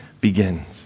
begins